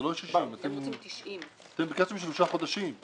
זה לא 60. אתם ביקשתם שלושה חודשים.